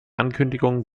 ankündigung